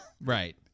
Right